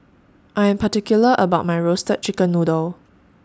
I Am particular about My Roasted Chicken Noodle